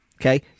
Okay